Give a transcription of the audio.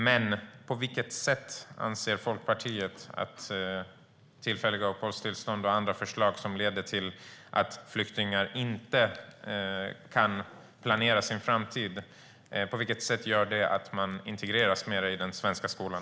Men på vilket sätt anser Folkpartiet att tillfälliga uppehållstillstånd och andra förslag, som leder till att flyktingar inte kan planera sin framtid, gör att man integreras mer i den svenska skolan?